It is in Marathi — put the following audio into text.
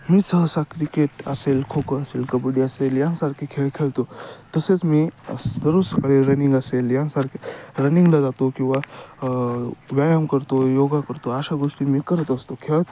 मी सहसा क्रिकेट असेल खो खो असेल कबड्डी असेल यांसारखे खेळ खेळतो तसेच मी दररोज सकाळी रनिंग असेल यांसारखे रनिंगला जातो किंवा व्यायाम करतो योग करतो अशा गोष्टी मी करत असतो खेळत